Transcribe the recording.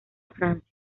francia